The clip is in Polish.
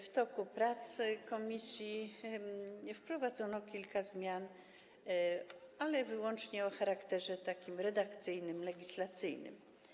W toku prac komisji wprowadzono kilka zmian, ale wyłącznie o charakterze redakcyjnym, legislacyjnym.